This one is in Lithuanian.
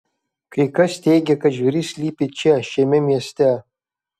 kai kas teigia kad žvėris slypi čia šiame mieste